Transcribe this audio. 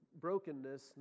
brokenness